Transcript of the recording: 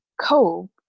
cope